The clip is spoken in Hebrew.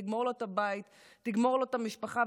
תגמור לו את הבית ותגמור לו את המשפחה.